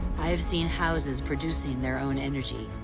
i have seen houses producing their own energy.